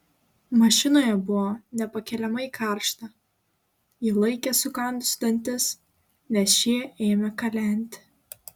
mašinoje buvo nepakeliamai karšta ji laikė sukandusi dantis nes šie ėmė kalenti